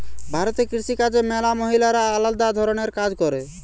ভারতে কৃষি কাজে ম্যালা মহিলারা আলদা ধরণের কাজ করে